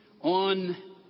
on